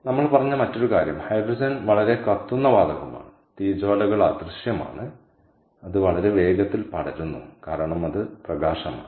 നമ്മൾ പറഞ്ഞ മറ്റൊരു കാര്യം ഹൈഡ്രജൻ വളരെ കത്തുന്ന വാതകമാണ് തീജ്വാലകൾ അദൃശ്യമാണ് അത് വളരെ വേഗത്തിൽ പടരുന്നു കാരണം അത് പ്രകാശമാണ്